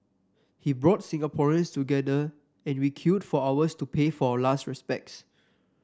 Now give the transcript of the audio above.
he brought Singaporeans together and we queued for hours to pay our last respects